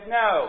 no